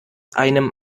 einem